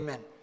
Amen